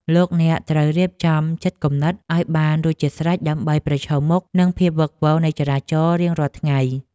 លោកអ្នកត្រូវរៀបចំចិត្តគំនិតឱ្យបានរួចជាស្រេចដើម្បីប្រឈមមុខនឹងភាពវឹកវរនៃចរាចរណ៍ជារៀងរាល់ថ្ងៃ។